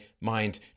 mind